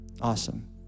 awesome